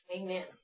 Amen